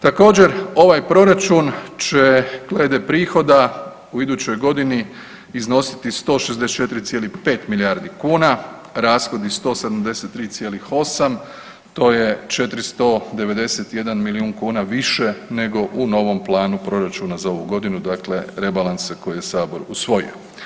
Također, ovaj Proračun će glede prihoda u idućoj godini iznositi 164,5 milijardi kuna, rashodi 173,8, to je 491 milijun kuna više nego u novom planu Proračuna za ovu godinu, dakle rebalansa koji je Sabor usvojio.